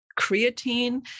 creatine